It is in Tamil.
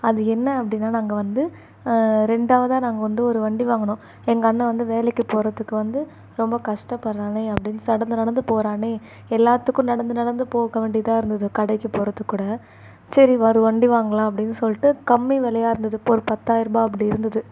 அது என்ன அப்படின்னா நாங்கள் வந்து ரெண்டாவதாக நாங்கள் வந்து ஒரு வண்டி வாங்கினோம் எங்கள் அண்ணேன் வந்து வேலைக்கு போகிறதுக்கு வந்து ரொம்ப கஷ்டப்படுறானே அப்படின்னு நடந்து நடந்து போகிறானே எல்லாத்துக்கும் நடந்து நடந்து போக வேண்டியதாக இருந்தது கடைக்கு போகிறதுக்கு கூட சரி ஒரு வண்டி வாங்கலாம் அப்படின்னு சொல்லிட்டு கம்மி விலையா இருந்தது ஒரு பத்தாயரருபா அப்படி இருந்தது